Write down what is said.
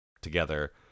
together